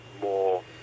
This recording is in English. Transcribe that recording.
more